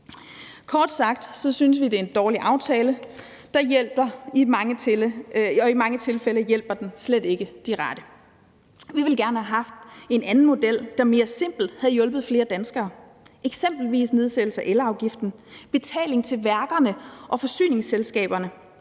Kort sagt synes vi, at det er en dårlig aftale, der er i mange tilfælde slet ikke hjælper de rette. Vi ville gerne have haft en anden model, der mere simpelt havde hjulpet flere danskere, eksempelvis ved nedsættelse af elafgiften, betaling til værkerne og forsyningsselskaberne,